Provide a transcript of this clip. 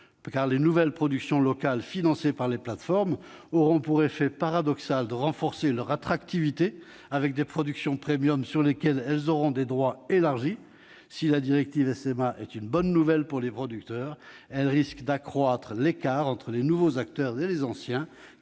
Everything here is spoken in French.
car les nouvelles productions locales, financées par les plateformes, auront pour effet paradoxal de renforcer leur attractivité, avec des productions premium sur lesquelles elles auront des droits élargis. Si la directive SMA est une bonne nouvelle pour les producteurs, elle risque d'accroître l'écart entre les nouveaux acteurs et les anciens,